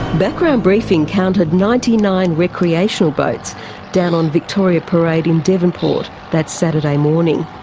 background briefing counted ninety nine recreational boats down on victoria parade in devonport that saturday morning.